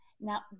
Now